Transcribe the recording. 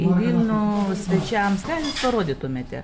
į vilnių svečiams ką jūs parodytumėte